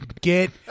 Get